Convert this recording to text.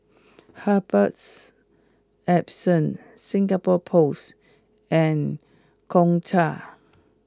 Herbals Essences Singapore Post and Gongcha